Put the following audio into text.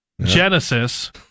Genesis